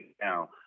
now